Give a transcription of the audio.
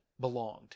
belonged